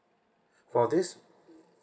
for this